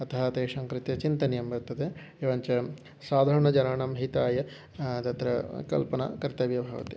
अतः तेषां कृते चिन्तनीयं वर्तते एवञ्च साधारणजनानां हिताय तत्र कल्पना कर्तव्या भवति